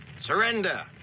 Surrender